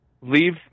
leave